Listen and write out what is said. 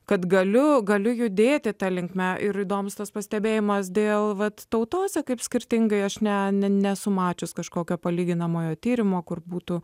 kad galiu galiu judėti ta linkme ir įdomūs tas pastebėjimas dėl vat tautose kaip skirtingai aš ne nesu mačius kažkokio palyginamojo tyrimo kur būtų